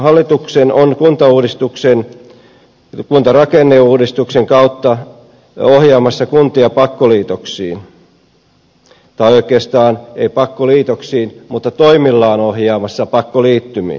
hallitus on kuntarakenneuudistuksen kautta ohjaamassa kuntia pakkoliitoksiin tai oikeastaan ei pakkoliitoksiin mutta toimillaan ohjaamassa pakko liittymiin